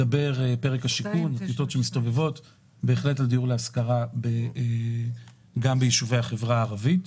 מדבר על דיור להשכרה גם ביישובי החברה הערבית.